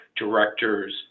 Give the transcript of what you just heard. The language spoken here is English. directors